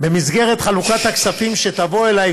במסגרת חלוקת הכספים שתבוא אלי,